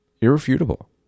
Irrefutable